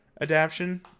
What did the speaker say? adaption